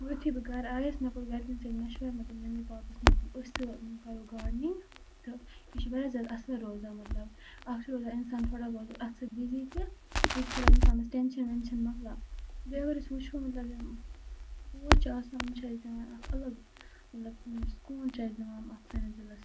وٕ یُتھُے بہٕ گَرٕ آیَس مےٚ کوٚر گَرِکٮ۪ن سۭتۍ مشوَرٕ مےٚ دوٚپ مٔمی پاپَس مےٚ دوٚپ أسۍ تہِ کَرو گاڈنِنٛگ تہٕ یہِ چھِ واریاہ زیادٕ اَصٕل روزان مطلب اَکھ چھِ روزان اِنسان تھوڑا بہت اَتھ سۭتۍ بِزی تہِ بیٚیہِ چھِ تھوڑا اِنسانَس ٹٮ۪نشَن وٮ۪نشَن مَکلان بیٚیہِ اگر أسۍ وٕچھو مطلب یِم پوش چھِ آسان یِم چھِ اَسہِ دِوان اَکھ الگ مطلب سکوٗن چھِ اَسہِ دِوان اَکھ سٲنِس دِلَس